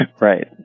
Right